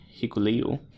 Hikuleo